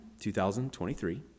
2023